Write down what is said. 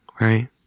right